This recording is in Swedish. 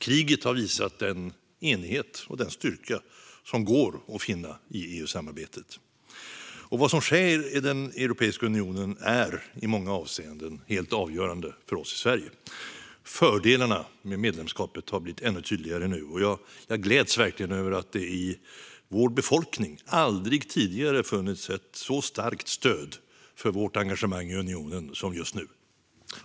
Kriget har visat den enighet och den styrka som går att finna i EU-samarbetet. Vad som sker i Europeiska unionen är i många avseenden helt avgörande för oss i Sverige. Fördelarna med medlemskapet har blivit ännu tydligare nu, och jag gläds verkligen över att det i vår befolkning aldrig tidigare har funnits ett så starkt stöd för vårt engagemang i unionen som just nu.